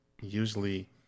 Usually